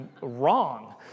wrong